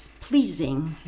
pleasing